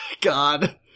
God